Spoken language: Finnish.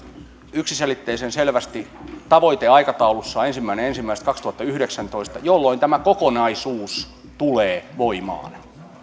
yksiselitteisen selvästi tavoiteaikataulussaan ensimmäinen ensimmäistä kaksituhattayhdeksäntoista jolloin tämä kokonaisuus tulee voimaan